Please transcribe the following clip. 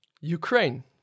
Ukraine